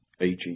aging